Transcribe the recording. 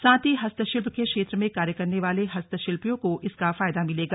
साथ ही हस्तशिल्प के क्षेत्र में कार्य करने वाले हस्तशिल्पियों को इसका फायदा मिलेगा